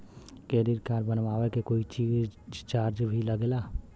Credit card बनवावे के कोई चार्ज भी लागेला?